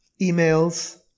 emails